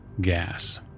gas